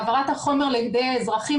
העברת החומר לידי אזרחים.